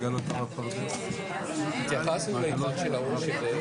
מה שהיא אמרה לגבי